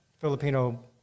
Filipino